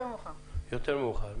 יותר מאוחר.